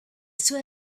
sue